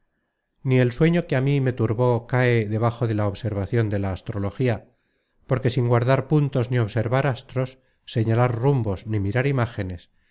ni el sueño que á mí me turbó cae debajo de la observacion de la astrologia porque sin guardar puntos ni observar astros señalar rumbos ni mirar imágenes